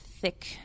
thick